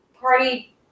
party